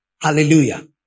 Hallelujah